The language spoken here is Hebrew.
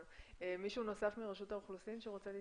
מישהו נוסף מרשות האוכלוסין שרוצה להתייחס?